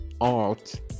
art